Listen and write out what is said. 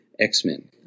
X-Men